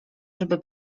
żeby